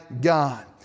God